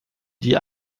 die